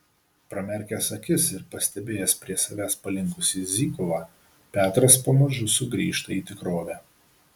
pramerkęs akis ir pastebėjęs prie savęs palinkusį zykovą petras pamažu sugrįžta į tikrovę